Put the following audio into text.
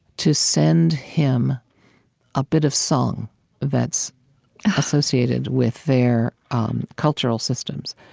to send him a bit of song that's associated with their um cultural systems,